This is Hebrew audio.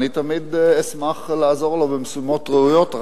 אני תמיד אשמח לעזור לו במשימות ראויות,